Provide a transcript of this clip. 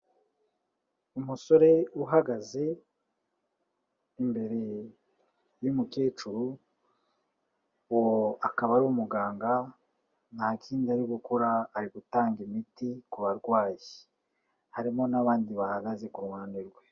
Umusore uhagaze imbere y'umukecuru, uwo akaba ari umuganga nta kindi ari gukora ari gutanga imiti ku barwayi, harimo n'abandi bahagaze ku ruhande rwe.